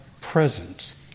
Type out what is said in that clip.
presence